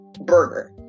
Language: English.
burger